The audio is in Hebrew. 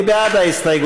מי בעד ההסתייגות?